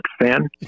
fan